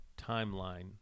timeline